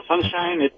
sunshine